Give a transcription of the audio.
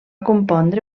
compondre